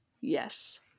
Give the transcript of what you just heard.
Yes